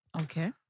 Okay